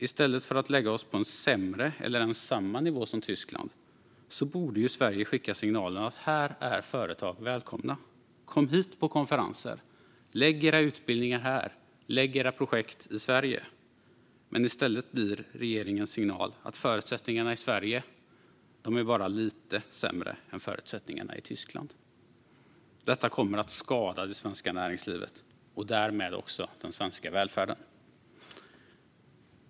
I stället för att lägga oss på en sämre eller ens samma nivå som Tyskland borde Sverige skicka signalen att här är företag välkomna. Kom hit på konferenser, lägg era utbildningar här, lägg era projekt i Sverige! Men i stället blir regeringens signal att förutsättningarna i Sverige bara är lite sämre än förutsättningarna i Tyskland. Detta kommer att skada det svenska näringslivet och därmed också den svenska välfärden.